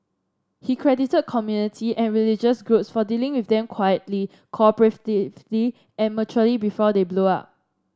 he credited community and religious for dealing with them quietly cooperatively and maturely before they blow up